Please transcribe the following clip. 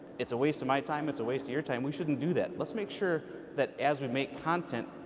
it's just a waste of my time, it's a waste of your time, we shouldn't do that. let's make sure that as we make content,